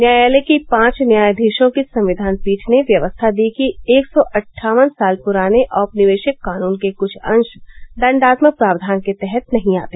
न्यायालय की पांच न्यायाधीशों की संविधान पीठ ने व्यवस्था दी कि एक सौ अट्ठावन साल पुराने औपनिवेशिक कानून के कुछ अंश दंडात्मक प्रावधान के तहत नहीं आते